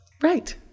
Right